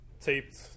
taped